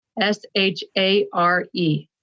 S-H-A-R-E